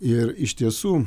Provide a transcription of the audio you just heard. ir iš tiesų